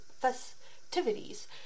festivities